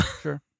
Sure